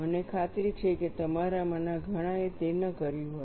મને ખાતરી છે કે તમારામાંના ઘણાએ તે ન કર્યું હોય